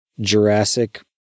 Jurassic